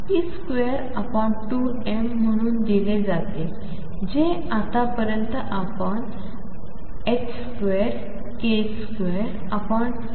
तरE हा p22m म्हणून दिले जाते जे आतापर्यंत आपण 2k22m